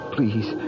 Please